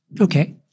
okay